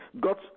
got